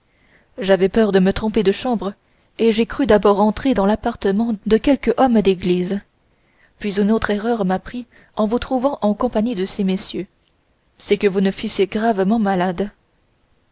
j'avais peur de me tromper de chambre et j'ai cru d'abord entrer dans l'appartement de quelque homme église puis une autre erreur m'a pris en vous trouvant en compagnie de ces messieurs c'est que vous ne fussiez gravement malade